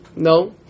No